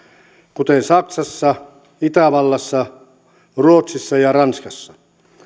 kuten saksassa itävallassa ruotsissa ja ranskassa